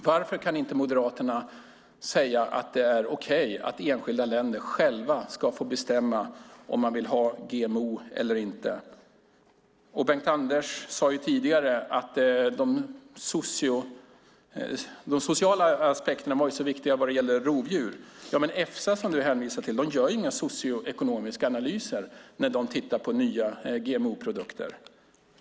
Varför kan inte Moderaterna säga att det är okej att enskilda länder själva ska få bestämma om de vill ha GMO-produkter eller inte? Bengt-Anders Johansson sade tidigare att de sociala aspekterna var så viktiga när det gäller rovdjur. Men Efsa, som Bengt-Anders hänvisar till, gör inga socioekonomiska analyser när de tittar på nya GMO-produkter.